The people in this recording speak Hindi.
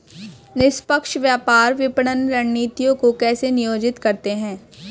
निष्पक्ष व्यापार विपणन रणनीतियों को कैसे नियोजित करते हैं?